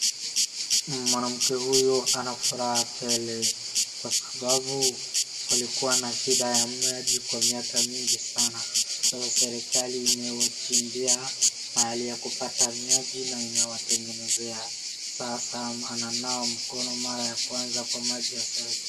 Mwanamke huyu ana furaha tele kwa sababu alikuwa na shida ya maji kwa miaka mingi sana. Sasa serikali imewachimbia mahali ya kupata maji na inatengenezea. Sasa ananawa mikono kwa mara ya kwanza kwa maji ya serikali.